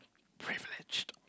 privileged